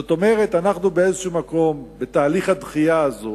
זאת אומרת, באיזה מקום, בתהליך הדחייה הזה,